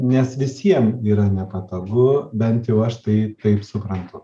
nes visiem yra nepatogu bent jau aš tai taip suprantu